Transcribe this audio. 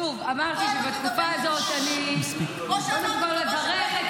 שוב, אמרתי, בתקופה הזאת אני קודם כול אברך את